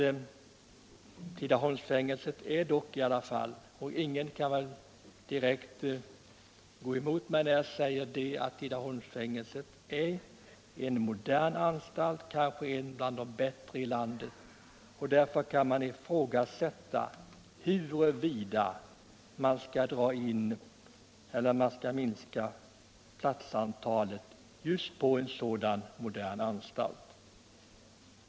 Tidaholmsfängelset är — ingen lär vilja motsäga mig på den punkten —- en modern anstalt, kanske en av de bästa i landet. Det kan ifrågasättas huruvida man bör minska platsantalet på just en sådan modern anstalt.